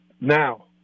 Now